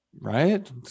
Right